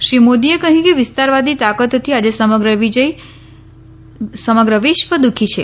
શ્રી મોદીએ કહ્યું કે વિસ્તારવાદી તાકતોથી આજે સમગ્ર વિજય દુઃખી છે